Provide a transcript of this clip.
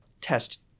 test